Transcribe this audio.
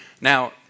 Now